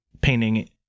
painting